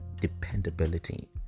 dependability